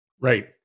right